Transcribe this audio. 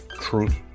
truth